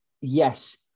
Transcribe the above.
yes